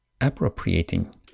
appropriating